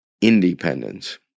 independence